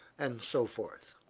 and so forth.